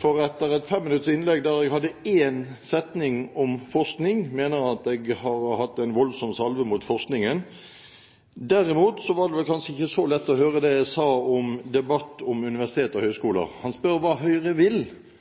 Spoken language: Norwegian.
for etter et fem minutters innlegg, der jeg hadde én setning om forskning, mener han at jeg har hatt en voldsom salve mot forskningen. Derimot var det kanskje ikke så lett å høre det jeg sa om debatt om universiteter og